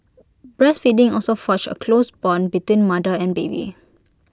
breastfeeding also forges A close Bond between mother and baby